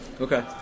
Okay